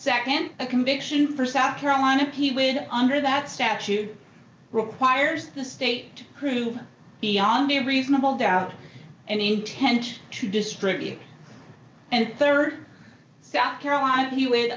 second a conviction for south carolina he would under that statute requires the state prove beyond a reasonable doubt and intent to distribute and rd south carolina